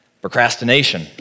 Procrastination